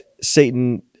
satan